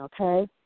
Okay